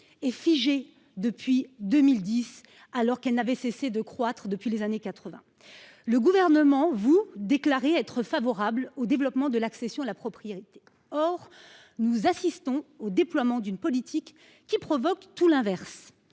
est figée depuis 2010, alors qu’elle n’avait cessé de croître depuis les années 1980. Le Gouvernement déclare être favorable au développement de l’accession à la propriété. Or nous assistons au déploiement d’une politique qui provoque tout l’inverse